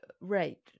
right